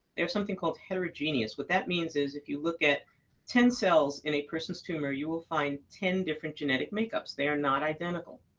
they are something called heterogeneous what that means is if you look at ten cells in a person's tumor, you will find ten different genetic makeups. they are not identical.